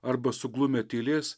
arba suglumę tylės